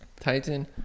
Titan